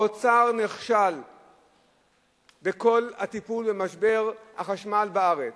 האוצר נכשל בכל הטיפול במשבר החשמל בארץ.